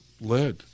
led